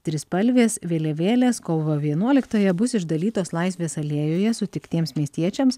trispalvės vėliavėlės kovo vienuoliktąją bus išdalytos laisvės alėjoje sutiktiems miestiečiams